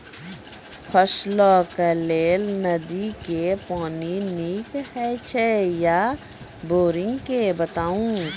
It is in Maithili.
फसलक लेल नदी के पानि नीक हे छै या बोरिंग के बताऊ?